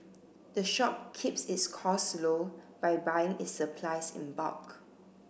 the shop keeps its costs low by buying its supplies in bulk